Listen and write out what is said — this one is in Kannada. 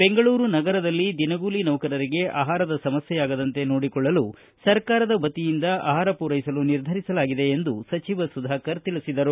ಬೆಂಗಳೂರು ನಗರದಲ್ಲಿ ದಿನಗೂಲಿ ನೌಕರರಿಗೆ ಆಹಾರದ ಸಮಸ್ಥೆಯಾಗದಂತೆ ನೋಡಿಕೊಳ್ಳಲು ಸರ್ಕಾರದ ವತಿಯಿಂದ ಆಹಾರ ಪೂರೈಸಲು ನಿರ್ಧರಿಸಲಾಗಿದೆ ಎಂದು ಸುಧಾಕರ್ ತಿಳಿಸಿದರು